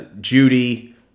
Judy